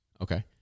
okay